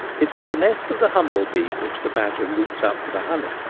it is the nest of the humble-bee which the badger roots up for the honey.